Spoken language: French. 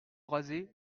raser